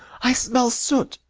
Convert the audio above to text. i smell soot,